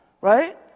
right